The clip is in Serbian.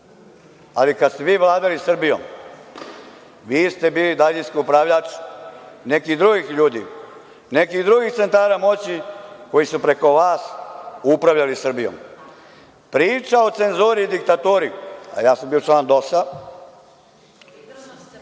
ali kada ste vi vladali Srbijom, vi ste bili daljinski upravljač nekih drugih ljudi, nekih drugih centara moći koji su preko vas upravljali Srbijom. Priča o cenzuri i diktaturi, a ja sam bio član DOS